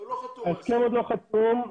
דבר ראשון, ההסכם עוד לא חתום.